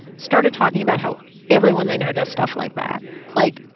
started talking about how everyone they know does stuff like that like,